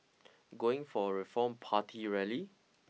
going for a Reform Party rally